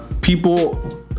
people